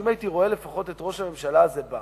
שאם הייתי רואה את ראש הממשלה הזה בא